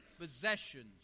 possessions